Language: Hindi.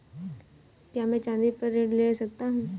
क्या मैं चाँदी पर ऋण ले सकता हूँ?